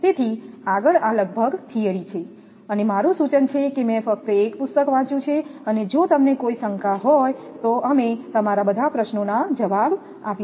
તેથી આગળ આ લગભગ થિયરી છે અને મારું સૂચન છે કે મેં ફક્ત એક પુસ્તક વાંચ્યું છે અને જો તમને કોઈ શંકા હોય તો અમે તમારા બધા પ્રશ્નોના જવાબ આપીશું